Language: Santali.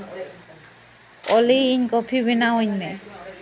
ᱚᱞᱤ ᱤᱧ ᱠᱚᱯᱷᱤ ᱵᱮᱱᱟᱣ ᱟᱹᱧ ᱢᱮ